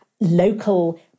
local